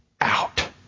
out